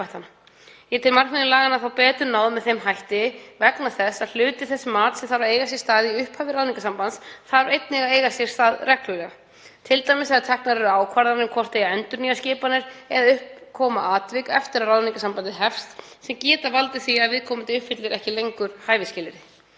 Ég tel markmiðum laganna þá betur náð með þeim hætti vegna þess að hluti þess mats sem þarf að eiga sér stað í upphafi ráðningarsambands þarf einnig að eiga sér stað reglulega, t.d. þegar teknar eru ákvarðanir um hvort eigi að endurnýja skipanir ef upp koma atvik eftir að ráðningarsambandið hefst sem geta valdið því að viðkomandi uppfyllir ekki lengur hæfisskilyrði.